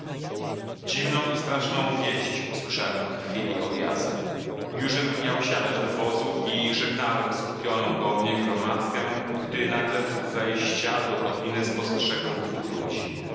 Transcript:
dziwną i straszną wieść usłyszałem w chwili odjazdu jużem miał siadać do wozu i żegnałem skupioną koło mnie gromadkę gdy nagle u wejścia do kotliny spostrzegłem dwóch ludzi